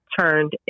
turned